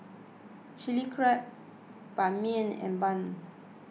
Chilli Crab Ban Mian and Bun